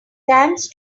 thanks